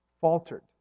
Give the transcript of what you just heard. faltered